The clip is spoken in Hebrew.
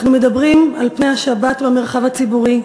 אנחנו מדברים על פני השבת במרחב הציבורי,